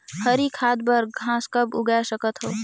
हरी खाद बर घास कब उगाय सकत हो?